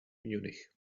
munich